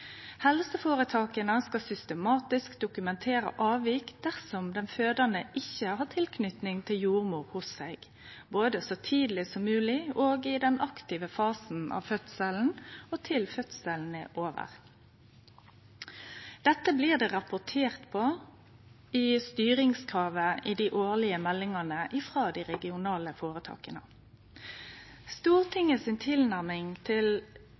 Helseføretaka skal systematisk dokumentere avvik dersom den fødande ikkje har jordmor hos seg både så tidleg som mogleg, i den aktive fasen av fødselen og til fødselen er over. Dette blir det rapportert om i styringskravet i dei årlege meldingane frå dei regionale føretaka. Stortingets tilnærming til